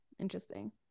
Interesting